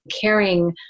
caring